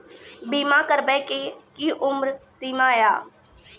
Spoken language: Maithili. बीमा करबे के कि उम्र सीमा या?